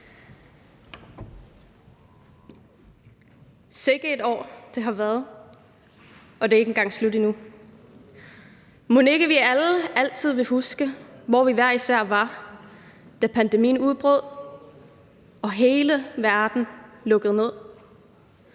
Sikke et år, det har været, og det er ikke engang slut endnu. Mon ikke vi alle altid vil huske, hvor vi hver især var, da pandemien udbrød og hele verden lukkede ned?